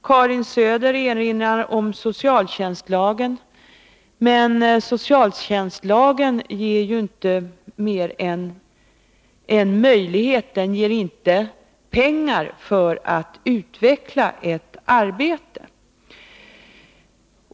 Karin Söder erinrar om socialtjänstlagen, men socialtjänstlagen ger ju inte mer än en möjlighet. Den ger inte pengar för att utveckla ett arbete.